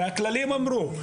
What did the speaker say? הכללים אמרו,